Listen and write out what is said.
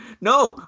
no